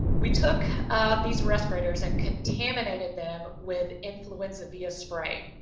we took these respirators and contaminated them with influenza via spray.